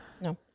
No